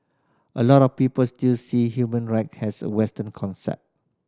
a lot of people still see human right as a Western concept